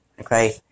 okay